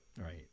Right